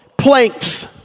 planks